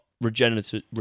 regenerative